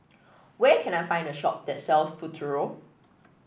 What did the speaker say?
where can I find a shop that sells Futuro